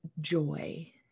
joy